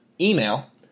email